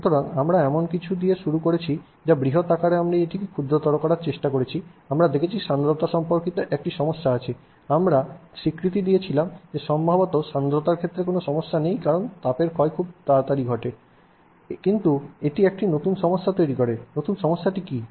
সুতরাং আমরা এমন কিছু দিয়ে শুরু করেছি যা বৃহত আকারের আমরা এটিকে ক্ষুদ্রতর করার চেষ্টা করেছি আমরা দেখেছি সান্দ্রতা সম্পর্কিত একটি সমস্যা আছে আমরা স্বীকৃতি দিয়েছিলাম যে সম্ভবত সান্দ্রতার ক্ষেত্রে কোনও সমস্যা নেই কারণ তাপের ক্ষয় খুব দ্রুত ঘটে কিন্তু এটি একটি নতুন সমস্যা তৈরি করে নতুন সমস্যাটি কী